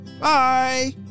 Bye